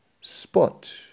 spot